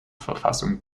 verfassung